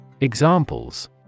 Examples